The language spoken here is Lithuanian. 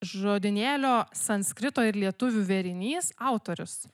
žodynėlio sanskrito ir lietuvių vėrinys autorius